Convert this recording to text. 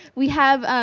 we have